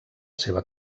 seva